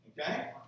Okay